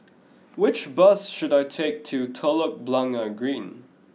which bus should I take to Telok Blangah Green